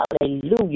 hallelujah